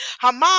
Haman